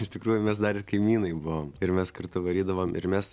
iš tikrųjų mes dar ir kaimynai buvom ir mes kartu varydavom ir mes